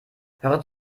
hört